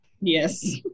Yes